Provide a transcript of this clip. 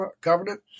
covenant